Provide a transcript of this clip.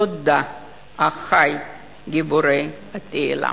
תודה, אחי גיבורי התהילה.